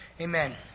amen